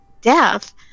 death